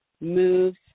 moves